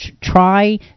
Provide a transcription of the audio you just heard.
try